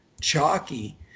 chalky